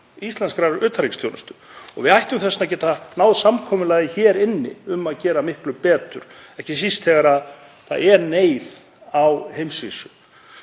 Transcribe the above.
íslenskrar utanríkisþjónustu og við ættum að geta náð samkomulagi hér inni um að gera miklu betur, ekki síst þegar það er neyð á heimsvísu.